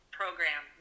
program